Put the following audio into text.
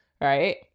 right